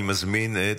אני מזמין את,